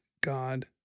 God